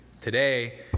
Today